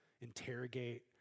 interrogate